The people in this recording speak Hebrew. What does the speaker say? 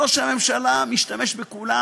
ראש הממשלה משתמש בכולם,